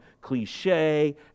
cliche